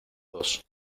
dos